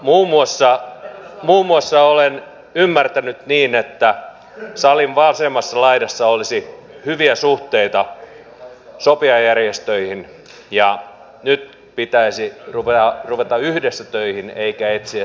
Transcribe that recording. olen ymmärtänyt muun muassa niin että salin vasemmassa laidassa olisi hyviä suhteita sopijajärjestöihin ja nyt pitäisi ruveta yhdessä töihin eikä etsiä sitä syyllistä